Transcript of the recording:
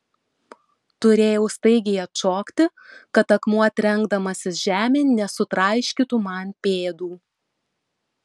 turėjau staigiai atšokti kad akmuo trenkdamasis žemėn nesutraiškytų man pėdų